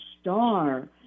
star